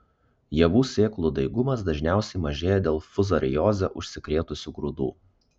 javų sėklų daigumas dažniausiai mažėja dėl fuzarioze užsikrėtusių grūdų